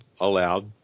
allowed